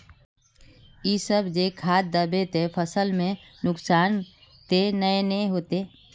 इ सब जे खाद दबे ते फसल में कुछ नुकसान ते नय ने होते